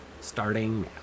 Starting